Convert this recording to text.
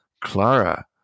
Clara